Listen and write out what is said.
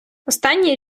останній